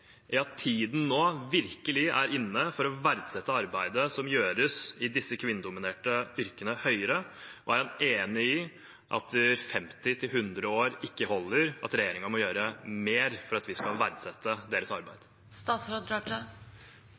at tiden nå virkelig er inne for å verdsette arbeidet som gjøres i disse kvinnedominerte yrkene høyere, og er han enig i at 50 til 100 år ikke holder, og at regjeringen må gjøre mer for å verdsette arbeidet deres?